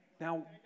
Now